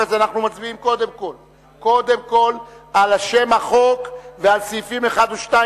אז אנחנו מצביעים קודם כול על שם החוק ועל סעיפים 1 ו-2,